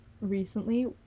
recently